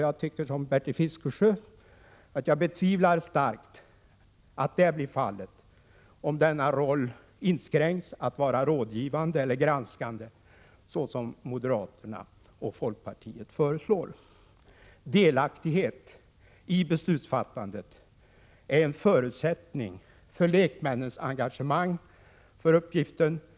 Jag betvivlar liksom Bertil Fiskesjö starkt att det blir fallet om denna roll inskränks till att vara rådgivande eller granskande såsom moderaterna och folkpartiet föreslår. Delaktighet i beslutsfattandet är en förutsättning för lekmännens engagemang för uppgiften.